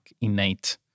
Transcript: innate